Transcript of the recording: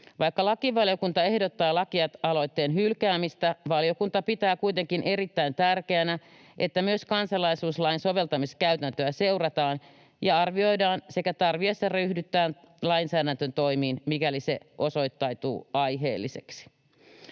Vaikka lakivaliokunta ehdottaa lakialoitteen hylkäämistä, valiokunta pitää kuitenkin erittäin tärkeänä, että myös kansalaisuuslain soveltamiskäytäntöä seurataan ja arvioidaan sekä tarvittaessa ryhdytään lainsäädäntötoimiin, mikäli se osoittautuu aiheelliseksi.